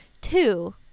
Two